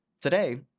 Today